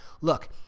look